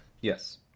Yes